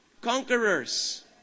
conquerors